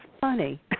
funny